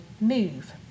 move